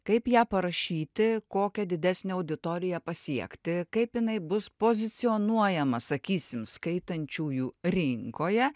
kaip ją parašyti kokią didesnę auditoriją pasiekti kaip jinai bus pozicionuojama sakysim skaitančiųjų rinkoje